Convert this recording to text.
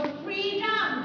freedom